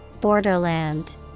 Borderland